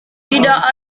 tidak